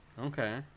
Okay